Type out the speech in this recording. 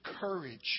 courage